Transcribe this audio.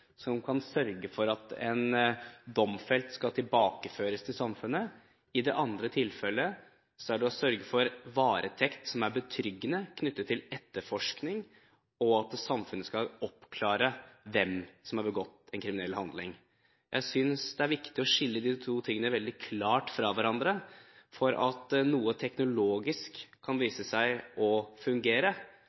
som kan sørge for at en domfelt skal tilbakeføres til samfunnet, i det andre er det å sørge for varetekt som er betryggende knyttet til etterforskning, og at samfunnet skal oppklare hvem som har begått en kriminell handling. Jeg synes det er viktig å skille de to tingene veldig klart fra hverandre, for det at noe kan vise seg å fungere